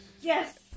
Yes